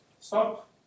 stop